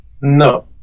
No